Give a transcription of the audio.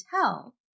tell